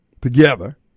together